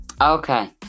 Okay